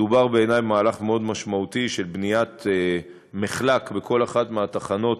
מדובר בעיני במהלך מאוד משמעותי של בניית מחלק בכל אחת מהתחנות